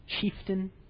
chieftain